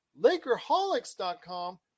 LakerHolics.com